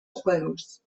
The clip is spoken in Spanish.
juegos